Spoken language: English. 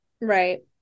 Right